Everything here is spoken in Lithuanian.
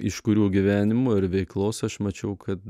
iš kurių gyvenimo ir veiklos aš mačiau kad